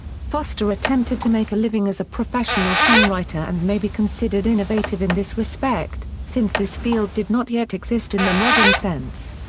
foster attempted to make a living as a professional songwriter and may be considered innovative in this respect, since this field did not yet exist in the modern sense.